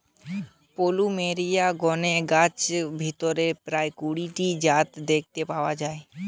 plumeria গণের গাছগার ভিতরে প্রায় কুড়ি টি জাত দেখতে পাওয়া যায়